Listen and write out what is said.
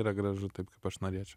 yra gražu taip kaip aš norėčiau